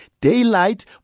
daylight